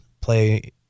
play